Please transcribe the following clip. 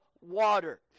water